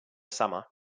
summer